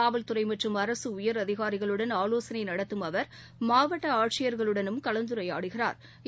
காவல்துறைமற்றும் அரகஉயரதிகாரிகளுடன் ஆலோசனைநடத்தும் அவர் மாவட்டஆட்சியா்களுடனும் கலந்துரையாடுகிறாா்